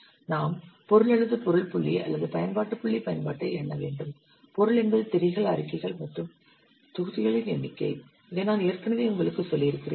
நாம் பொருள் அல்லது பொருள் புள்ளி அல்லது பயன்பாட்டு புள்ளி பயன்பாட்டை எண்ண வேண்டும் பொருள் என்பது திரைகள் அறிக்கைகள் மற்றும் தொகுதிகளின் எண்ணிக்கை இதை நான் ஏற்கனவே உங்களுக்குச் சொல்லியிருக்கிறேன்